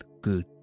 good